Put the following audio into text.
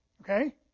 Okay